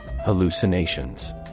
Hallucinations